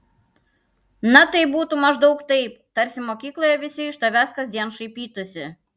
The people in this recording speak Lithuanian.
na tai būtų maždaug taip tarsi mokykloje visi iš tavęs kasdien šaipytųsi